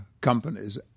companies